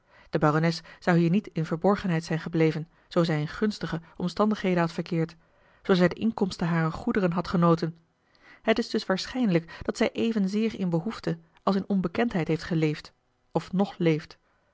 de barones zou hier niet in verborgenheid zijn gebleven zoo zij in gunstige omstandigheden had verkeerd zoo zij de inkomsten harer goederen had genoten het is dus waarschijnlijk dat zij evena l g bosboom-toussaint de delftsche wonderdokter eel zeer in behoefte als in onbekendheid heeft geleefd of ng leeft